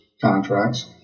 contracts